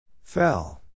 Fell